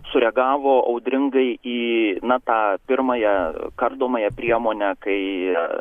sureagavo audringai į na tą pirmąją kardomąją priemonę kai